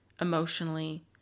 emotionally